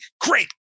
Great